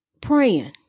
praying